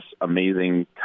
amazing